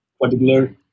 particular